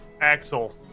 Axel